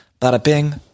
Bada-bing